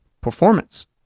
performance